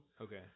Okay